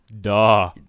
Duh